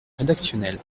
rédactionnel